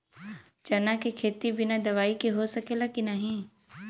चना के खेती बिना दवाई के हो सकेला की नाही?